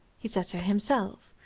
he said so himself,